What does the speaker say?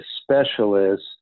specialist